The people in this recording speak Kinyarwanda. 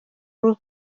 rwo